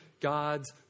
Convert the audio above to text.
God's